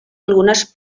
algunes